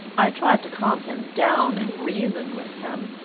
i tried to calm him down and reason with him,